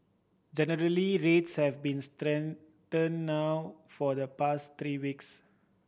generally rates have been stagnant now for the past three weeks